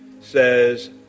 says